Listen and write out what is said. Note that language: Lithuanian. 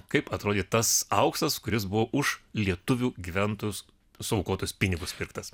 kaip atrodė tas auksas kuris buvo už lietuvių gyventojų suaukotus pinigus pirktas